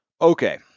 Okay